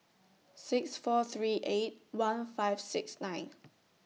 six four three eight one five six nine